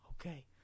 Okay